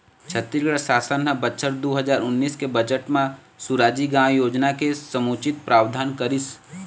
छत्तीसगढ़ सासन ह बछर दू हजार उन्नीस के बजट म सुराजी गाँव योजना के समुचित प्रावधान करिस